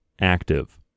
active